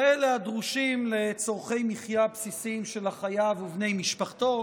כאלה הדרושים לצורכי מחיה בסיסיים של החייב ובני משפחתו,